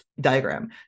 diagram